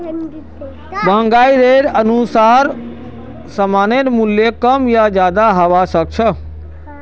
महंगाई दरेर अनुसार सामानेर मूल्य कम या ज्यादा हबा सख छ